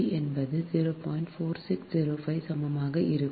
4605 க்கு சமமாக இருக்கும்